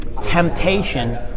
temptation